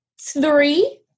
three